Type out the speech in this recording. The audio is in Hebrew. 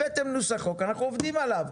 הבאתם נוסח חוק ואנחנו עובדים עליו.